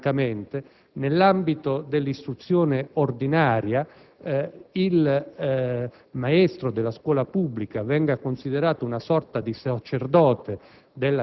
quale motivo, nell'ambito dell'istruzione ordinaria, il maestro della scuola pubblica venga da voi considerato una sorta di sacerdote